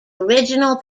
original